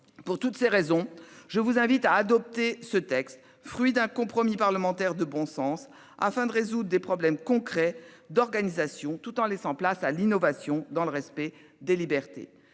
pour toutes ces raisons, je vous invite à adopter ce texte, fruit d'un compromis parlementaire de bon sens, afin de résoudre des problèmes concrets d'organisation tout en faisant place à l'innovation dans le respect des libertés.